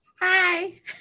Hi